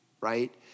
Right